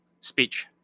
speech